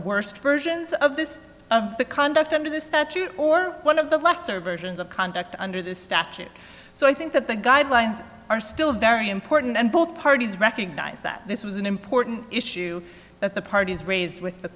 worst versions of this of the conduct under the statute or one of the lesser versions of conduct under the statute so i think that the guidelines are still very important and both parties recognize that this was an important issue that the parties raised with the